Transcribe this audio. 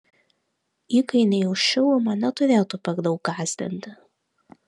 įkainiai už šilumą neturėtų per daug gąsdinti